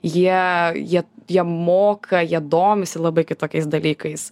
jie jie jie moka jie domisi labai kitokiais dalykais